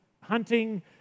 hunting